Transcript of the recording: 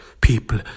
people